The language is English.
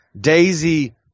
Daisy